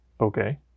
okay